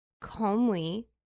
calmly